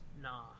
nah